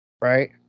right